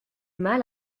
mal